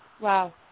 Wow